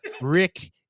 Rick